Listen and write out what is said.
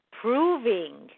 Proving